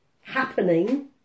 happening